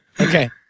Okay